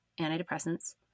antidepressants